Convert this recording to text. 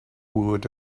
would